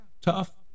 tough